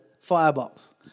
firebox